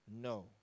No